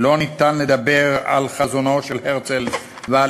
לא ניתן לדבר על חזונו של הרצל ועל